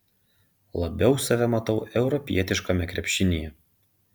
labiau save matau europietiškame krepšinyje